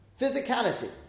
physicality